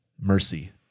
mercy